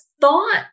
thought